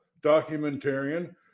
documentarian